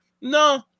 No